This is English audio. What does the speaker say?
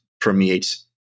permeates